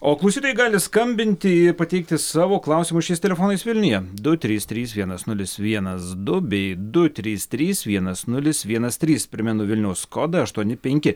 o klausytojai gali skambinti pateikti savo klausimus šiais telefonais vilniuje du trys trys vienas nulis vienas du bei du trys trys vienas nulis vienas trys primenu vilniaus kodą aštuoni penki